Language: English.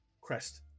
crest